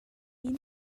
ina